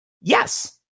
Yes